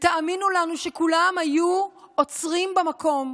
תאמינו לנו שכולם היו עוצרים במקום